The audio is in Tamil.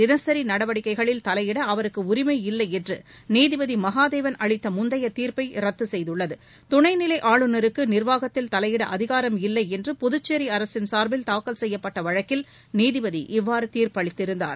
தினசரி நடவடிக்கைகளில் தலையிட அவருக்கு உரிமையில்லை முன்னதாக அரசின் என்றுநீதிபதி மகாதேவன் அளித்த முந்தைய தீர்ப்பை ரத்து செய்துள்ளது துணை நிலை ஆளுநருக்கு நிர்வாகத்தில் தலையிட அதிகாரம் இல்லை என்று புதுச்சேரி அரசின் சார்பில் தாக்கல் செய்யப்பட்ட வழக்கில் நீதிபதி இவ்வாறு தீர்ப்பளித்திருந்தார்